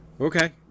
Okay